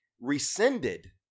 rescinded